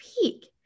peak